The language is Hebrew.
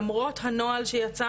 למרות הנוהל שיצא